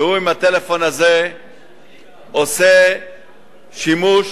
והוא בטלפון הזה עושה שימוש